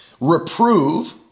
Reprove